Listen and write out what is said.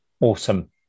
Awesome